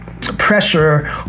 pressure